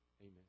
amen